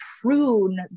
prune